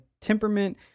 temperament